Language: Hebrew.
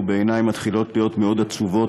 ובעיני מתחילות להיות מאוד עצובות,